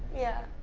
yeah.